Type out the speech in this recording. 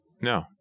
No